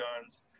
guns